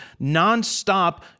nonstop